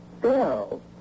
Bill